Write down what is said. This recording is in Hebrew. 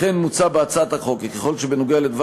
לכן מוצע בהצעת החוק כי ככל שבנוגע לדבר